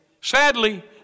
sadly